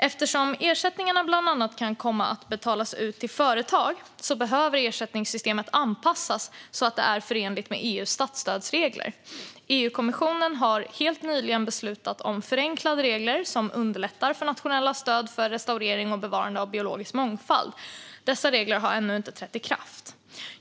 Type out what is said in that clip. Eftersom ersättningarna bland annat kan komma att betalas ut till företag behöver ersättningsystemet anpassas så att det är förenligt med EU:s statsstödsregler. EU-kommissionen har helt nyligen beslutat om förenklade regler som underlättar för nationella stöd för restaurering och bevarande av biologisk mångfald. Dessa regler har ännu inte trätt i kraft.